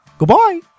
Goodbye